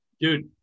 Dude